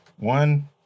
One